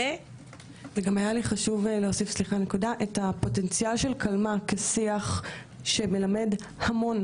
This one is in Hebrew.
היה לי חשוב להוסיף נקודה: הפוטנציאל של קלמ"ה כשיח שמלמד המון.